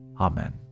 Amen